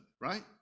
right